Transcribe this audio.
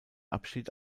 abschied